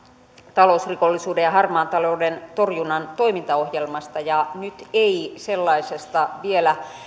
talousrikollisuuden ja harmaan talouden torjunnan toimintaohjelmasta ja nyt ei sellaisesta vielä